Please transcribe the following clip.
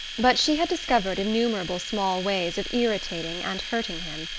but she had discovered innumerable small ways of irritating and hurting him,